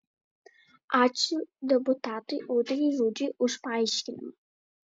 ačiū deputatui audriui rudžiui už paaiškinimą